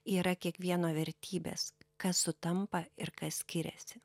yra kiekvieno vertybės kas sutampa ir kas skiriasi